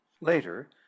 later